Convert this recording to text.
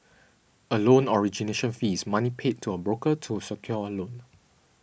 a loan origination fee is money paid to a broker to secure a loan